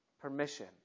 permission